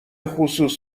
خصوص